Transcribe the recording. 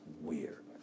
weird